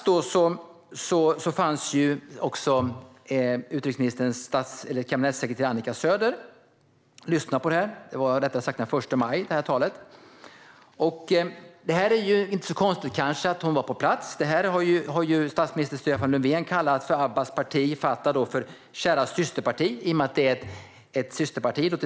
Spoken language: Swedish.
Utrikesministerns kabinettssekreterare Annika Söder fanns på plats och lyssnade på talet. Det är kanske inte så konstigt att hon var på plats. Statsminister Stefan Löfven har ju kallat Abbas parti, Fatah, för Socialdemokraternas kära systerparti.